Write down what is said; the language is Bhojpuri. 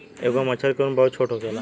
एगो मछर के उम्र बहुत छोट होखेला